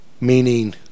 Meaning